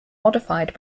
modified